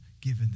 given